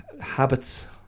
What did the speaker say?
habits